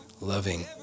loving